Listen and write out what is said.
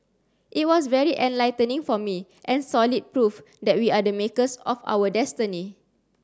it was very enlightening for me and solid proof that we are the makers of our destiny